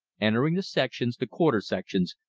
entering the sections, the quarter-sections,